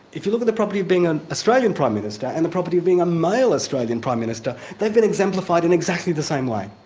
if you look at the property of being an australian prime minister and the property of being a male australian prime minister, they've been exemplified in exactly the same way.